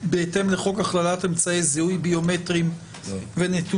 בהתאם לחוק הכללת אמצעי זיהוי ביומטריים ונתוני